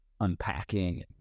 unpacking